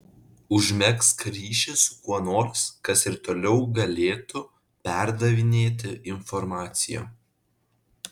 užmegzk ryšį su kuo nors kas ir toliau galėtų perdavinėti informaciją